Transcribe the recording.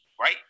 right